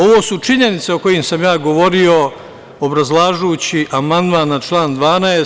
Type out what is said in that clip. Ovo su činjenice o kojima sam ja govorio obrazlažući amandman na član 12.